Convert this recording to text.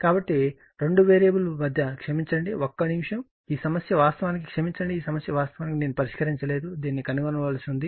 కాబట్టి 2 వేరియబుల్ మధ్య క్షమించండి ఒక్క నిమిషం ఈ సమస్య వాస్తవానికి క్షమించండి ఈ సమస్య వాస్తవానికి నేను పరిష్కరించలేదు దీన్ని కనుగొనవలసి ఉంది